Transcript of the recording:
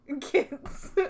Kids